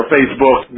Facebook